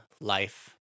Life